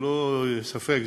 שלא יהיה ספק,